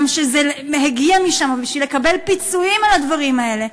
שזה הגיע משם בשביל לקבל פיצויים על הדברים האלה.